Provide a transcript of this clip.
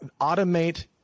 automate